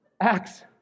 Acts